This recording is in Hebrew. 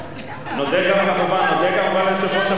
נודה גם ליושב-ראש הוועדה,